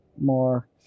more